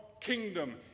kingdom